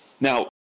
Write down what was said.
Now